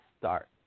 start